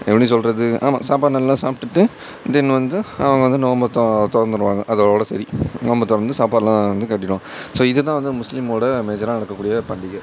எப்படி சொல்வது ஆமாம் சாப்பாடு நல்லா சாப்பிட்டுட்டு தென் வந்து அவங்க வந்து நோன்பை தொ துறந்துடுவாங்க அதோடு சரி நோன்பை துறந்து சாப்பாடெலாம் வந்து கட்டிவிடுவாங்க ஸோ இதுதான் வந்து முஸ்லீமோட மேஜராக நடக்கக்கூடிய பண்டிகை